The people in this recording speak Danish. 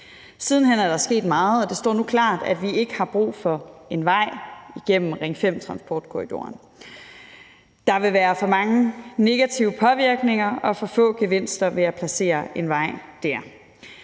Siden hen er der sket meget, og det står nu klart, at vi ikke har brug for en vej igennem Ring 5-transportkorridoren. Der vil være for mange negative påvirkninger og for få gevinster ved at placere en vej dér.